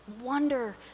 wonder